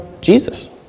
Jesus